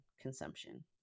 consumption